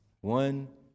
One